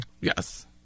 Yes